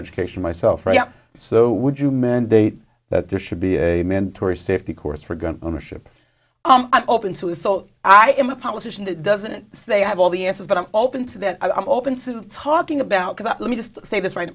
education myself so would you mandate that there should be a mandatory safety course for gun ownership i'm open to it so i am a politician that doesn't say i have all the answers but i'm open to that i'm open to talking about that let me just say this